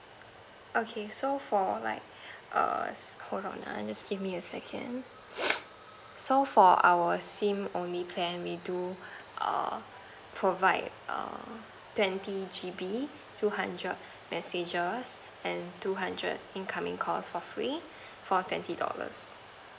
okay so for like err hold on uh just give me a second so for our sim only plan we do err provide err twenty G_B two hundred messages and two hundred incoming calls for free for twenty dollars